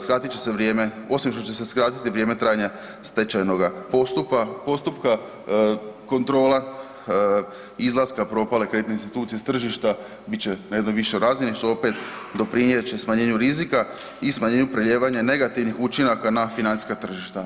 Skratit će se vrijeme, osim što će se skratiti vrijeme trajanja stečajnog postupka kontrola izlaska propale kreditne institucije s tržišta bit će na jednoj višoj razini što će opet doprinijeti smanjenju rizika i smanjenju prelijevanja negativnih učinaka na financijska tržišta.